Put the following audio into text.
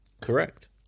Correct